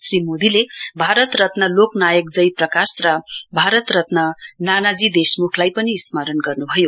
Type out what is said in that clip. श्री मोदीले भारत रत्न लोकनाथ जयप्रकाश र भारतरत्न नानाजी देशमुखलाई पनि स्मरण गर्नुभयो